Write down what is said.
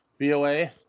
BOA